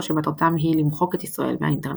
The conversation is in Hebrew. שמטרתם היא "למחוק את ישראל מהאינטרנט".